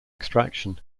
extraction